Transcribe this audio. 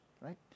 right